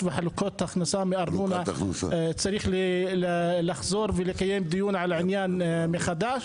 וחלוקת ההכנסה מארנונה צריך לחזור ולקיים דיון על העניין מחדש.